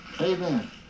amen